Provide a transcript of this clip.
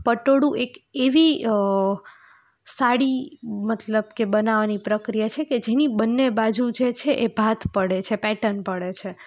પટોળું એક એવી સાડી મતલબ કે બનાવવાની પ્રક્રિયા છે કે જેની બંને બાજુ જે છે એ ભાત પડે છે પેટર્ન પડે છે